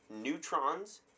neutrons